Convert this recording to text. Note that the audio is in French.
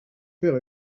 père